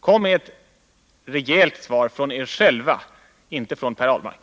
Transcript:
Kom med ett rejält svar från er själva — inte från Per Ahlmark!